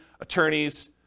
attorneys